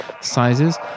sizes